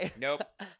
Nope